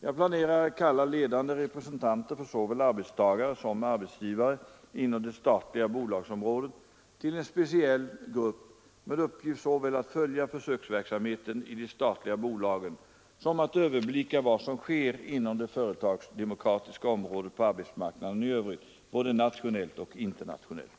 Jag planerar att kalla ledande representanter för såväl arbetstagare som arbetsgivare inom det statliga bolagsområdet till en speciell grupp med uppgift såväl att följa försöksverksamheten i de statliga bolagen som att överblicka vad som sker inom det företagsdemokratiska området på arbetsmarknaden i övrigt, både nationellt och internationellt.